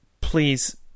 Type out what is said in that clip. Please